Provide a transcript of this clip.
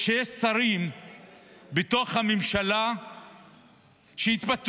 יש שרים בתוך הממשלה שהתפטרו